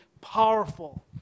powerful